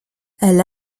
elle